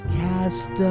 cast